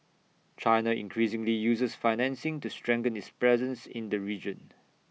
China increasingly uses financing to strengthen its presence in the region